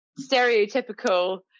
stereotypical